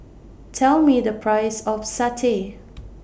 Tell Me The Price of Satay